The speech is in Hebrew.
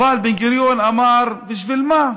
אבל בן-גוריון אמר: בשביל מה?